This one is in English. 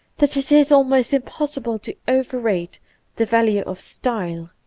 that it is almost impossible to overrate the value of style.